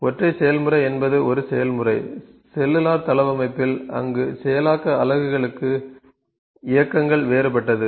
ஒற்றை செயல்முறை என்பது ஒரு செயல்முறை செல்லுலார் தளவமைப்பில் அங்கு செயலாக்க அலகுகளுக்கு இயக்கங்கள் வேறுபட்டது